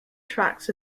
tracks